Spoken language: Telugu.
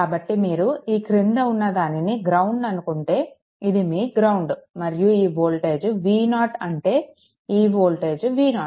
కాబట్టి మీరు ఈ క్రింద ఉన్నదానిని గ్రౌండ్ అనుకుంటే ఇది మీ గ్రౌండ్ మరియు ఈ వోల్టేజ్ V0 అంటే ఈ వోల్టేజ్ V0